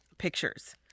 Pictures